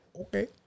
Okay